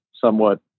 somewhat